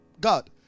God